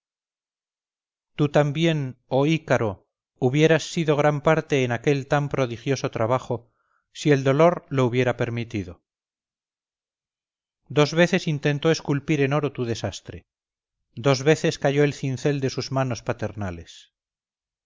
tú también oh ícaro hubieras sido gran parte en aquel tan prodigioso trabajo si el dolor lo hubiera permitido dos veces intentó esculpir en oro tu desastre dos veces cayó el cincel de sus manos paternales